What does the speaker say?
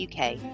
UK